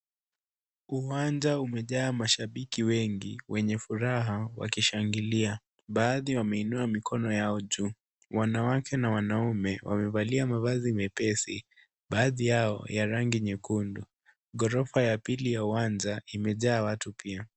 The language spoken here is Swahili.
Uwanja umejaa mashabiki wengi wenye furaha wakishangilia. Baadhi wameinua mikono yao juu. Wanawake na wanaume wamevalia mavazi mepesi, baadhi yao ya rangi nyekundu. Gorofa ya pili ya uwanja imejaa watu pia.